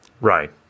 Right